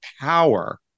power